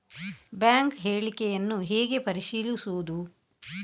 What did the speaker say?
Bank ಹೇಳಿಕೆಯನ್ನು ಹೇಗೆ ಪರಿಶೀಲಿಸುವುದು?